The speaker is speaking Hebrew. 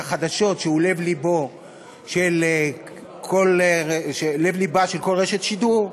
שהן לב-לבה של כל רשת שידור,